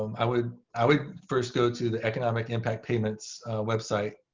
um i would i would first go to the economic impact payments website.